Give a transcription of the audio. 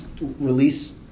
release